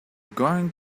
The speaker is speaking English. going